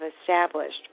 established